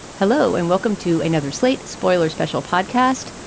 hello and welcome to another slate. spoiler special podcast.